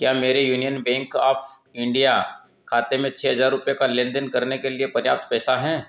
क्या मेरे union bank of India खाते में छः हज़ार रुपये का लेन देन करने के लिए पर्याप्त पैसे हैं